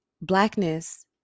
blackness